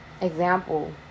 Example